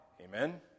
Amen